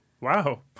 wow